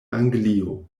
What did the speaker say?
anglio